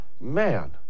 man